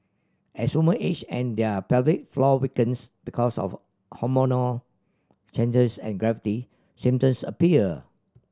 as women age and their pelvic floor weakens because of hormonal changes and gravity symptoms appear